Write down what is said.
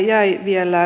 arvoisa puhemies